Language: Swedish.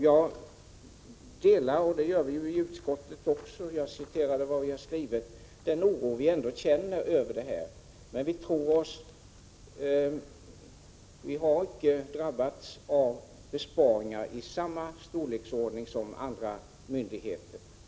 Jag delar oron som framförts — det gör också utskottet; jag citerade vad vi har skrivit. Men domstolarna har icke drabbats av besparingar i samma storleksordning som andra myndigheter.